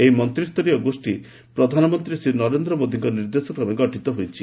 ଏହି ମନ୍ତ୍ରୀ ସ୍ତରୀୟ ଗୋଷ୍ଠୀ ପ୍ରଧାନମନ୍ତ୍ରୀ ଶ୍ରୀ ନରେନ୍ଦ୍ର ମୋଦୀଙ୍କ ନିର୍ଦ୍ଦେଶ କ୍ରମେ ଗଠିତ ହୋଇଛି